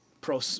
pro